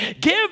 Give